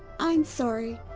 i'm sorry.